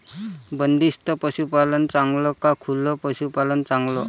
बंदिस्त पशूपालन चांगलं का खुलं पशूपालन चांगलं?